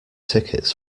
tickets